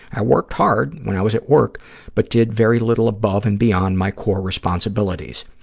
i worked hard when i was at work but did very little above and beyond my core responsibilities.